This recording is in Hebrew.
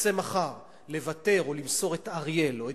ירצה מחר לוותר או למסור את אריאל או את